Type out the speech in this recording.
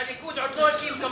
שהליכוד עוד לא הקים כמוהו.